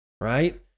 right